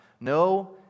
No